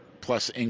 plus